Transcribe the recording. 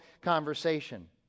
conversation